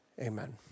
Amen